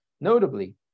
notably